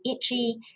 itchy